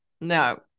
No